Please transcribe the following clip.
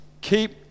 keep